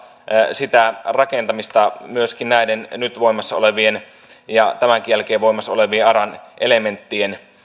sitä rakentamista myöskin näiden nyt voimassa olevien ja tämänkin jälkeen voimassa olevien aran elementtien